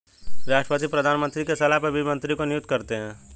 राष्ट्रपति प्रधानमंत्री की सलाह पर वित्त मंत्री को नियुक्त करते है